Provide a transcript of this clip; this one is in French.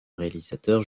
réalisateur